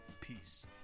Peace